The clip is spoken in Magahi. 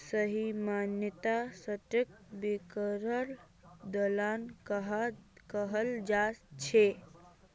सही मायनेत स्टाक ब्रोकरक दलाल कहाल जा छे